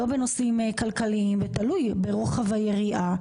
לא בנושאים כלכליים ותלוי ברוחב היריעה,